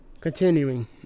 Continuing